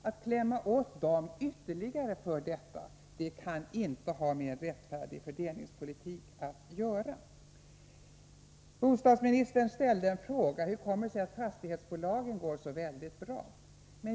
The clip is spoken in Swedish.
Att klämma åt dem ytterligare för detta kan inte ha med en rättfärdig fördelningspolitik att göra. Bostadsministern ställde en fråga: Hur kommer det sig att fastighetsbolagen går så bra?